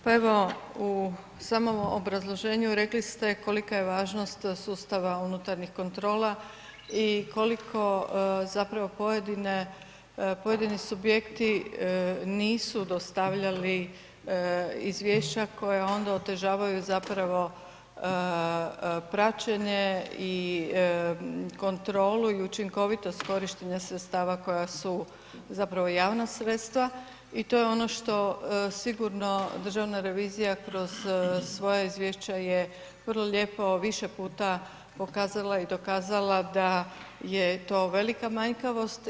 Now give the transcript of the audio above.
Pa evo u samom obrazloženju rekli ste kolika je važnost sustava unutarnjih kontrola i koliko zapravo pojedine, pojedini subjekti nisu dostavljali izvješća koja onda otežavaju zapravo praćenje i kontrolu i učinkovitost korištenja sredstava koja su zapravo javna sredstva i to je ono što sigurno državna revizija kroz svoja izvješća je vrlo lijepo, više puta pokazala i dokazala da je to velika manjkavost.